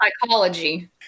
psychology